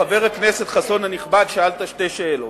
חבר הכנסת חסון הנכבד, שאלת שתי שאלות.